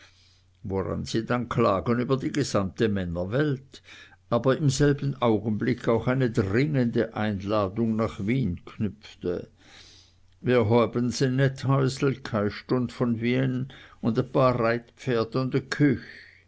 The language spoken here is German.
woran sie dann klagen über die gesamte männerwelt aber im selben augenblick auch eine dringende einladung nach wien knüpfte wir hoab'n a nett's häusl kei stund von wian und a paar reitpferd und a küch